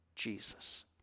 Jesus